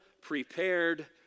prepared